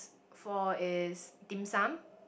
for is Dim Sum